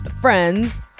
Friends